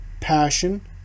passion